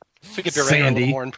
Sandy